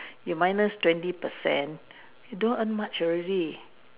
you minus twenty percent you don't earn much already